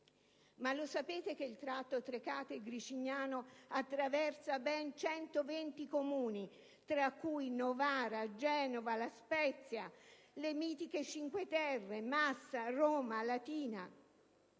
Lo sapete che il tratto Trecate-Gricignano attraversa ben 120 Comuni, tra cui Novara, Genova, La Spezia, le mitiche Cinque Terre, Massa, Roma, Latina?